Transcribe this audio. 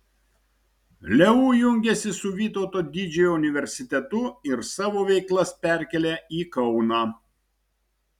leu jungiasi su vytauto didžiojo universitetu ir savo veiklas perkelia į kauną